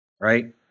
Right